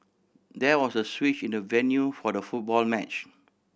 there was a switch in the venue for the football match